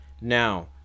Now